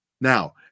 Now